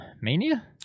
Mania